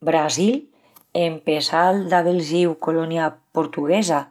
Brasil, en pesal d'avel síu colonia portuguesa,